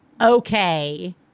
okay